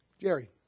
Jerry